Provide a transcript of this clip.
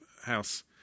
house